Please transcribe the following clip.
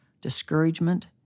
discouragement